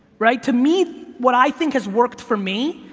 right? to me, what i think has worked for me,